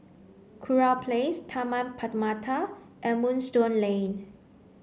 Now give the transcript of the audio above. Kurau Place Taman Permata and Moonstone Lane